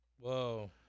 Whoa